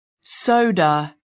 soda